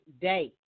day